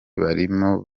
barimo